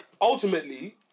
ultimately